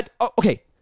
Okay